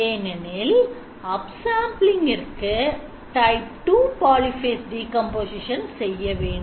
ஏனெனில் upsampling இருக்கு type 2 polyphase decomposition செய்ய வேண்டும்